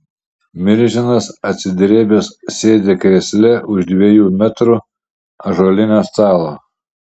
milžinas atsidrėbęs sėdi krėsle už dviejų metrų ąžuolinio stalo